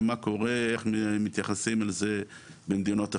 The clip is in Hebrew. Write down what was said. ואיך מתייחסים לזה במדינות אחרות,